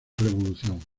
revolución